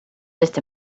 just